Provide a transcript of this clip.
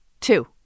Two